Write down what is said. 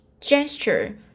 gesture